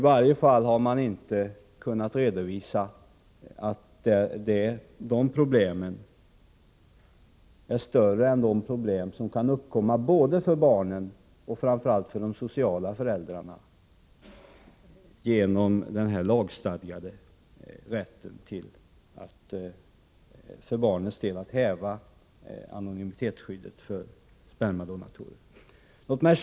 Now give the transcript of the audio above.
I varje fall har regeringen inte kunnat redovisa att de problemen är större än de problem som kan uppkomma både för barnen och framför allt de sociala föräldrarna genom den här lagstadgade rätten för barnen att häva anonymitetsskyddet för spermadonatorn. Herr talman!